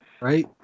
right